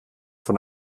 von